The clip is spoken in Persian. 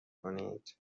کنید